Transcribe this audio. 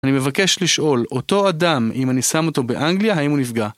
אני מבקש לשאול, אותו אדם, אם אני שם אותו באנגליה, האם הוא נפגע?